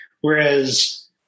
whereas